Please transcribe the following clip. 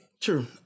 true